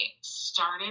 started